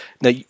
now